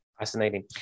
Fascinating